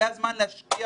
זה הזמן להשקיע